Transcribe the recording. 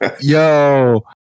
Yo